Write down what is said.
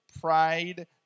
pride